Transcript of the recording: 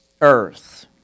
earth